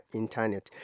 internet